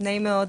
נעים מאוד.